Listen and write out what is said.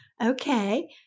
okay